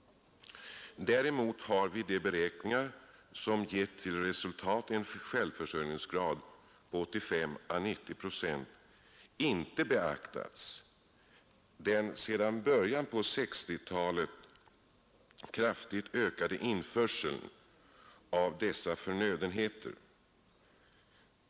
Däremot har vid de beräkningar, som gett till resultat en självförsörjningsgrad av 85—90 procent, inte beaktats den sedan början av 1960-talet kraftigt ökade införseln av handelsgödsel och proteinfoder.